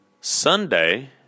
Sunday